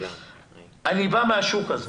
אני בא מהשוק הזה.